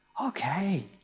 Okay